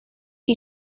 you